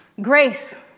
grace